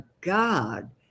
God